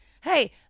Hey